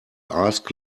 ask